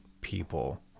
people